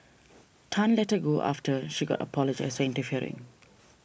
Tan let her go after she got apologised for interfering